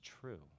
true